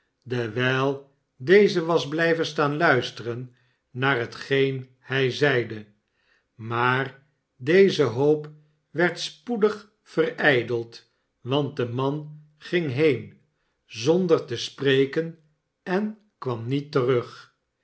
dewijl deze was blijven staan luisterea naar hetgeen hij zeide maar deze hoop werd spoedig verijdeld want de man ging heen zonder te spreken en kwam niet terug